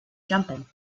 jumping